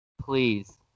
please